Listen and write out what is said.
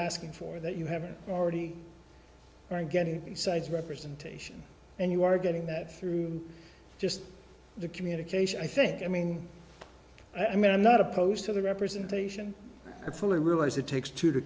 asking for that you haven't already are getting the sides representation and you are getting that through just the communication i think i mean i mean i'm not opposed to the representation i fully realize it takes two to